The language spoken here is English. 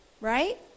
Right